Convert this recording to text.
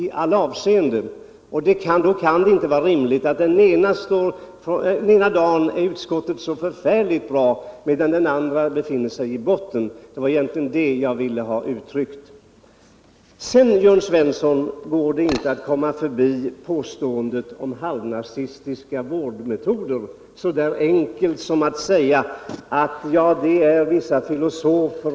Då kan det inte vara rimligt att utskottet den ena dagen är mycket bra och den andra dagen befinner sig i botten. Det var bara det jag ville ge uttryck för. Sedan går det inte, Jörn Svensson, att komma förbi påståendet om halvnazistiska vårdmetoder bara genom att hänvisa till vissa filosofer.